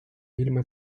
ilma